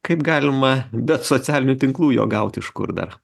kaip galima be socialinių tinklų jo gauti iš kur dar